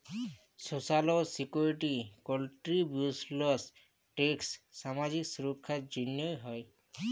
social security contributions tax সামাজিক সুরক্ষার জ্যনহে হ্যয়